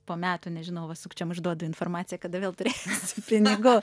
po metų nežinau va sukčiam išduodu informaciją kada vėl turėsiu pinigų